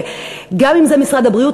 גם אם זה משרד הבריאות,